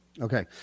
okay